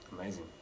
amazing